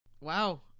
Wow